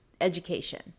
education